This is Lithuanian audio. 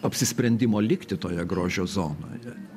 apsisprendimo likti toje grožio zonoje